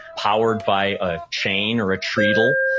powered by a chain or a treadle.